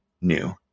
new